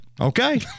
Okay